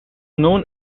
known